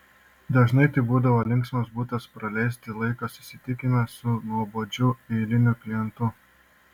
dažnai tai būdavo linksmas būdas praleisti laiką susitikime su nuobodžiu eiliniu klientu